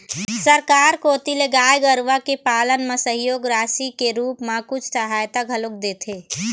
सरकार कोती ले गाय गरुवा के पालन म सहयोग राशि के रुप म कुछ सहायता घलोक देथे